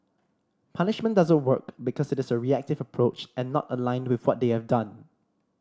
punishment doesn't work because it is a reactive approach and not aligned with what they have done